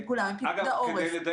עם כולם, פיקוד העורף.